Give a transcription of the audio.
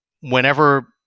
whenever